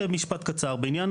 להוסיף, בעניין